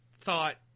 thought